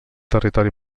territori